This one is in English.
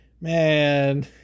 Man